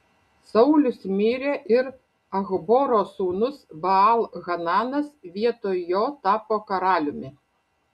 saulius mirė ir achboro sūnus baal hananas vietoj jo tapo karaliumi